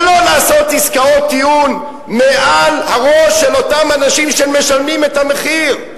שלא לעשות עסקאות טיעון מעל הראש של אותם אנשים שמשלמים את המחיר.